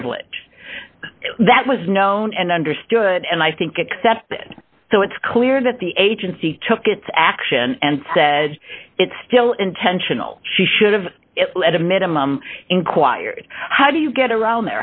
privilege that was known and understood and i think except that so it's clear that the agency took its action and said it still intentional she should have at a minimum inquired how do you get around